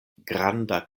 granda